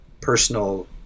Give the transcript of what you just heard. personal